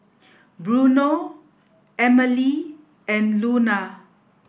Bruno Emely and Luna